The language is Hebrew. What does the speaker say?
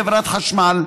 חברת חשמל,